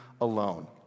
alone